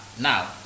now